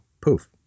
poof